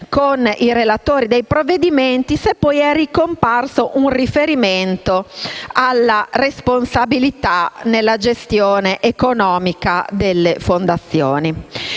con i relatori dei provvedimenti se poi è ricomparso un riferimento alla responsabilità nella gestione economica delle fondazioni.